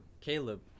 Caleb